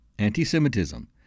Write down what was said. anti-Semitism